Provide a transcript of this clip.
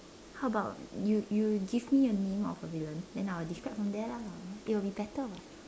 how about you you give me a name of a villain then I'll describe from there lah it will be better [what]